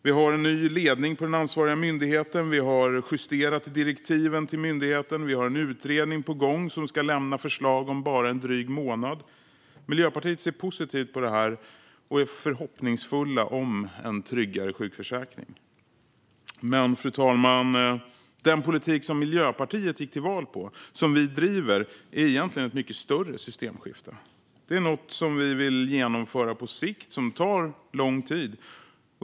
Det finns en ny ledning på den ansvariga myndigheten, vi har justerat direktiven till myndigheten och en utredning är på gång som ska lämna fram förslag om en dryg månad. Miljöpartiet ser positivt på detta och är förhoppningsfullt om en tryggare sjukförsäkring. Men, fru talman, den politik som Miljöpartiet gick till val på, den politik vi driver, är egentligen ett mycket större systemskifte. Det är något som vi vill genomföra på sikt och som tar lång tid.